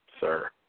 sir